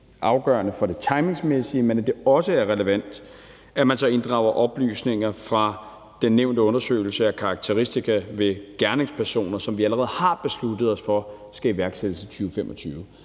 afgørende for det timingsmæssige, men det er også relevant, at man så inddrager oplysninger fra den nævnte undersøgelse af karakteristika ved gerningspersoner, som vi allerede har besluttet os for skal iværksættes i 2025.